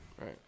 Right